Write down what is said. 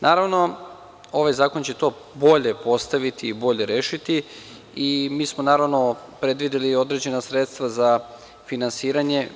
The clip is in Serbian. Naravno, ovaj zakon će to bolje postaviti i bolje rešiti i mi smo naravno predvideli određena sredstva za finansiranje.